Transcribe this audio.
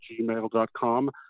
gmail.com